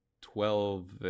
twelve